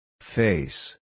Face